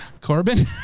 Corbin